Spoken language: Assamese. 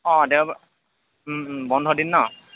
অঁ দেওবাৰ বন্ধ দিন ন